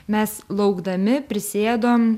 mes laukdami prisėdom